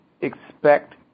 expect